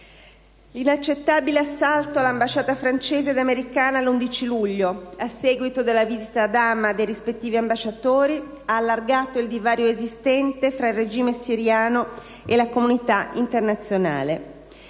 L'inaccettabile assalto alle ambasciate francese e americana dell'11 luglio, a seguito della visita ad Hama dei rispettivi ambasciatori, ha allargato il divario esistente fra il regime siriano e la comunità internazionale.